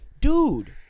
Dude